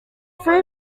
three